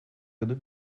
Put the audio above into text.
году